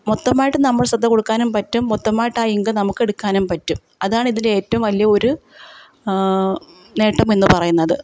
മൊത്തമായിട്ട് നമ്മൾ ശ്രദ്ധ കൊടുക്കാനും പറ്റും മൊത്തമായിട്ടാ ഇൻകം നമുക്ക് എടുക്കാനും പറ്റും അതാണ് ഇതിൻ്റെ ഏറ്റവും വലിയ ഒരു നേട്ടമെന്നു പറയുന്നത്